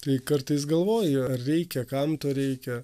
tai kartais galvoju ar reikia kam to reikia